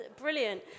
brilliant